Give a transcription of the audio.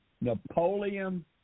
Napoleon